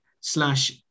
slash